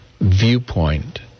viewpoint